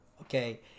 okay